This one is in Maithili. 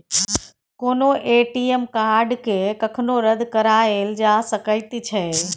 कोनो ए.टी.एम कार्डकेँ कखनो रद्द कराएल जा सकैत छै